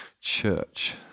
church